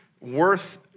worth